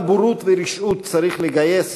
כמה בורות ורשעות צריך לגייס